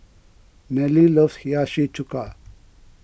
Nelle loves Hiyashi Chuka